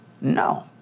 no